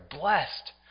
blessed